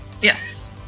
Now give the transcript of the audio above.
Yes